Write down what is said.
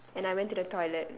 and I went to the toilet